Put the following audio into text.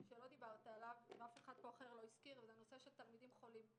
שלא דיברת עליו ואף אחד אחר לא הזכיר פה הוא נושא תלמידים חולים.